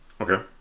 Okay